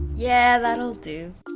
yeah that'll do.